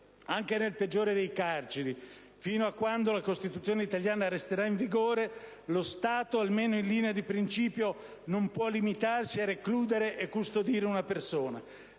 anche nel peggiore dei penitenziari, fino a quando la Costituzione italiana resterà in vigore, lo Stato, almeno in linea di principio, non può limitarsi a recludere e custodire una persona;